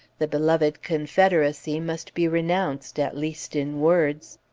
the beloved confederacy must be renounced at least in words.